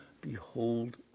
behold